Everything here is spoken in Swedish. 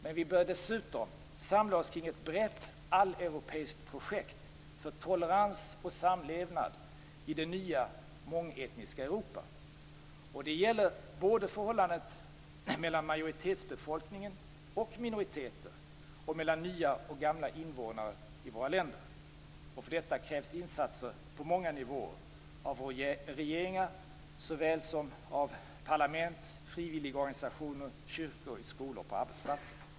Men vi bör dessutom samla oss kring ett brett alleuropeiskt projekt för tolerans och samlevnad i det nya mångetniska Europa. De gäller både förhållandet mellan majoritetsbefolkningen och minoriteter och mellan nya och gamla invånare i våra länder. För detta krävs insatser på många nivåer av våra regeringar såväl som av parlament, frivilligorganisationer, kyrkor, i skolor och på arbetsplatser.